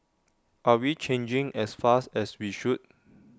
are we changing as fast as we should